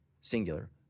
singular